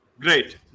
Great